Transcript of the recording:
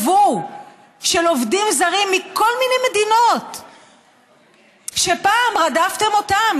"יבוא" של עובדים זרים מכל מיני מדינות שפעם רדפתם אותם.